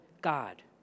God